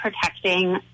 protecting